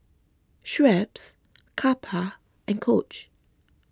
Schweppes Kappa and Coach